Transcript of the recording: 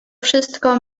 wszystko